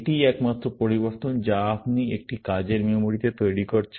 এটিই একমাত্র পরিবর্তন যা আপনি একটি কাজের মেমরিতে তৈরি করছেন